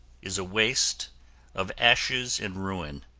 is a waste of ashes and ruin.